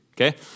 Okay